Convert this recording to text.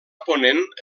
ponent